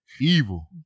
Evil